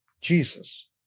Jesus